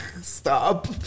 Stop